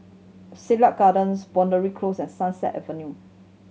Siglap Gardens Boundary Close and Sunset Avenue